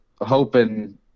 hoping